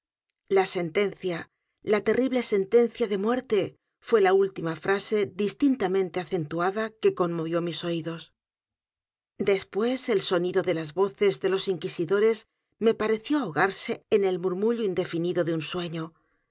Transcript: la sentencia la terrible sentencia de muerte fué la última frase distintamente acentuada que conmovió mis oídos después el sonido de las voces de los inquisidores me pareció ahogarse en el m u r mullo indefinido de un sueño